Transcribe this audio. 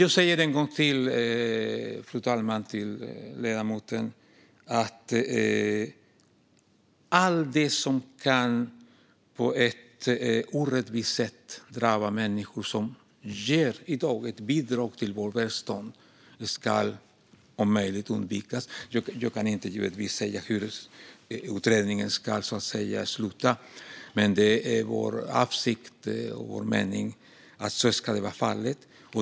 Jag säger ännu en gång till ledamoten: Allt som på ett orättvist sätt kan drabba människor som i dag ger ett bidrag till Sveriges välstånd ska om möjligt undvikas. Jag kan givetvis inte säga vad utredningen ska komma fram till, men vår avsikt och mening är att så ska vara fallet.